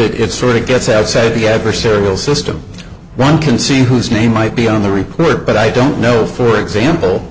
it sort of gets outside of the adversarial system one can see whose name might be on the report but i don't know for example